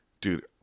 Dude